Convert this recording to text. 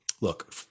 look